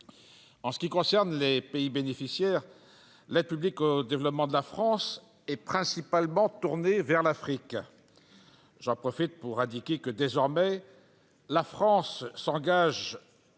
En ce qui concerne les pays bénéficiaires, l'aide publique au développement de la France est principalement tournée vers l'Afrique. Je profite de cette occasion pour indiquer que, désormais, la France n'engage